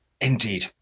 Indeed